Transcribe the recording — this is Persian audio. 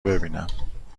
ببینم